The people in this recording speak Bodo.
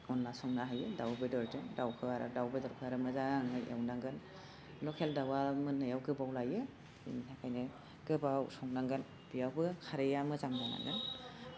अनला संनो हायो दाउ बेदरजों दाउखौ आरो दाउ बेदरखौ आरो मोजाङै एवनांगोन लकेल दावा मोननायाव गोबाव लायो बिनि थाखायनो गोबाव संनांगोन बेयावबो खारैया मोजां जानांगोन